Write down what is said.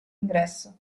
ingresso